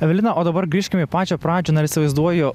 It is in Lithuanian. eveliną o dabar grįžkim į pačią pradžią na ir įsivaizduoju